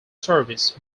service